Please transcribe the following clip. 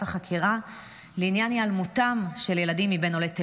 החקירה לעניין היעלמותם של ילדים מבין עולי תימן.